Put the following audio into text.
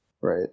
Right